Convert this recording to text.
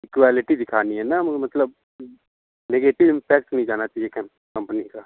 equality दिखानी है न मतलब निगेटिव इंपैक्ट नहीं जाना चाहिए कंपनी का